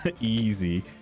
Easy